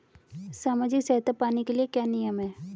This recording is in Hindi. सामाजिक सहायता पाने के लिए क्या नियम हैं?